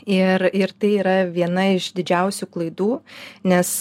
ir ir tai yra viena iš didžiausių klaidų nes